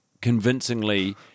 convincingly